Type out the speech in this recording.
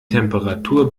temperatur